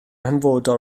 hanfodol